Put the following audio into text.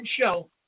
show